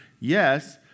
Yes